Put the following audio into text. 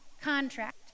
contract